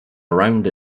around